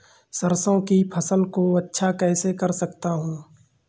सरसो की फसल को अच्छा कैसे कर सकता हूँ?